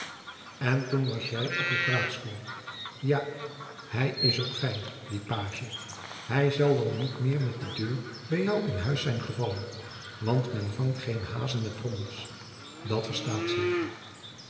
en toen was jij op je praatstoel ja hij is ook fijn die pagie hij zal wel niet met de deur bij jou in huis zijn gevallen want men vangt geen hazen met trommels dat verstaat zich